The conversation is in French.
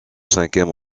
cinquième